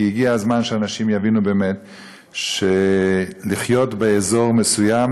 כי הגיע הזמן שאנשים יבינו באמת שלחיות באזור מסוים